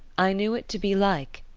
i knew it to be like,